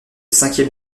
cinquième